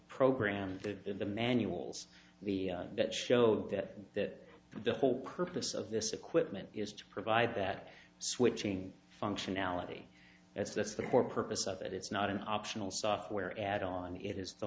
program in the manuals the that showed that that the whole purpose of this equipment is to provide that switching functionality as that's the core purpose of it it's not an optional software add on it is the